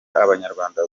abanyarwanda